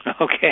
Okay